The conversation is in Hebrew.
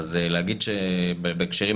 אז הוא צריך לשכנע